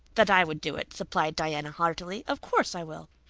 that i would do it, supplied diana heartily. of course i will.